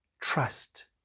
trust